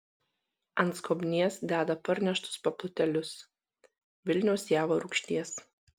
ant skobnies deda parneštus paplotėlius vilniaus javo rūgšties